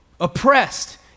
oppressed